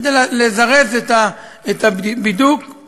כדי לזרז את הבידוק,